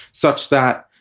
such that,